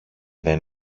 δεν